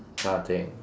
kind of thing